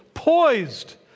Poised